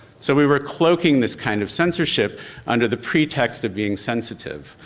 so we were cloaking this kind of censorship under the pretext of being sensitive.